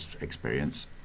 experience